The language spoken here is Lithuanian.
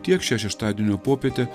tiek šią šeštadienio popietę